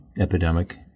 epidemic